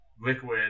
liquid